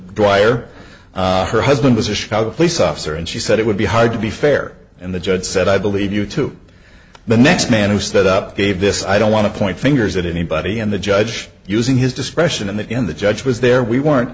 dwyer her husband was a chicago police officer and she said it would be hard to be fair and the judge said i believe you to the next man who stood up gave this i don't want to point fingers at anybody and the judge using his discretion in the end the judge was there we weren't